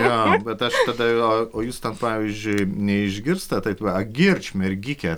jo bet aš tada jo o jūs ten pavyzdžiui neišgirstat taip va a girdž mergike